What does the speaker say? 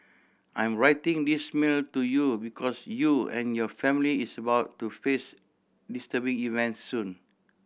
I'm writing this mail to you because you and your family is about to face disturbing events soon